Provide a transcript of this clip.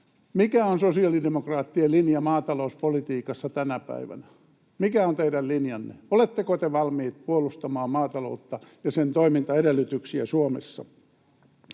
Mikä on sosiaalidemokraattien linja maatalouspolitiikassa tänä päivänä? Mikä on teidän linjanne? Oletteko te valmiit puolustamaan maataloutta ja sen toimintaedellytyksiä Suomessa?